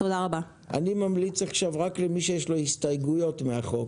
אני ממליץ עכשיו רק למי שיש הסתייגויות מהחוק.